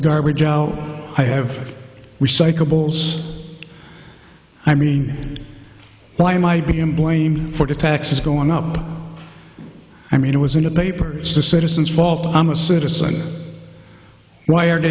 the garbage oh i have recyclables i mean why it might be i'm blamed for the taxes going up i mean it was in the papers the citizens fault i'm a citizen why are